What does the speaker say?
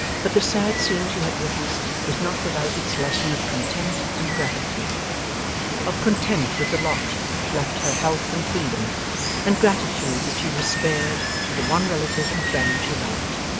but the sad scene she had witnessed, was not without its lesson of content and gratitude of content with the lot which left her health and freedom and gratitude that she was spared to the one relative and friend she loved,